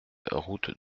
route